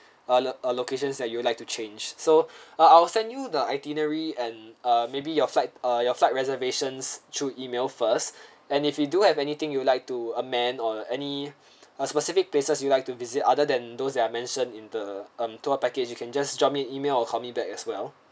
ah location ah locations that you would like to change so I will send you the itinerary and uh maybe your flight ah your flight reservations through email first and if you do have anything you would like to amend or any uh specific places you like to visit other than those that I mentioned in the um tour package you can just drop me an email or call me back as well